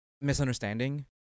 misunderstanding